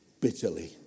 bitterly